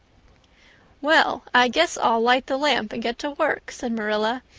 well, i guess i'll light the lamp and get to work, said marilla.